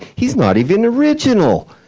he's not even original!